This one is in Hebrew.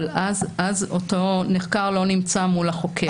אבל אז אותו נחקר לא נמצא מול החוקר.